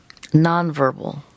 nonverbal